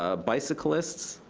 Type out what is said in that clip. ah bicyclists,